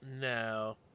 no